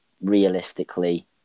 realistically